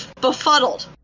befuddled